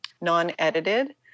non-edited